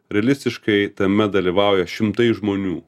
realistiškai tame dalyvauja šimtai žmonių